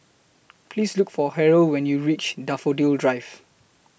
Please Look For Harrell when YOU REACH Daffodil Drive